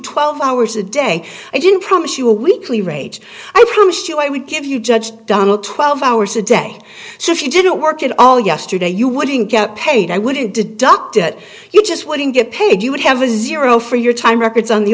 twelve hours a day i didn't promise you a weekly rage i promised you i would give you judge done at twelve hours a day so if you didn't work at all yesterday you wouldn't get paid i wouldn't deduct it you just wouldn't get paid you would have a zero for your time records on the